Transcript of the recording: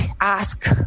ask